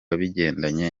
bigendanye